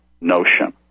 notion